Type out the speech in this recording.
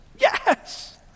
yes